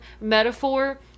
metaphor